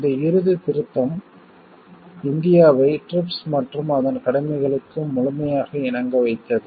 இந்த இறுதித் திருத்தம் இந்தியாவை TRIPS மற்றும் அதன் கடமைகளுக்கு முழுமையாக இணங்க வைத்தது